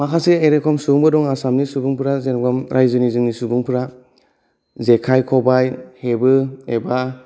माखासे एरखम सुबुंबो दं आसामनि सुबुंफोरा जेनेबा राइजोनि जोंनि सुबुंफोरा जेखाइ खबाइ हेबो एबा